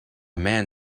man